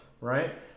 right